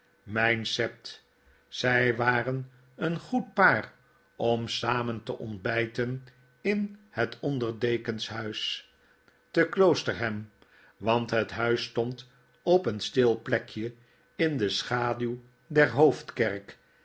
mijn sept zij waren een goed paar om samen te ontbijten in het onder dekeny huis te kloosterham want het huis stond op een stil plekje in de schaduw der hoofdkerk